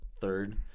third